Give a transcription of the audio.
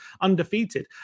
undefeated